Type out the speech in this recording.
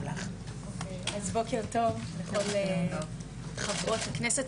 בוקר טוב לכל חברות הכנסת,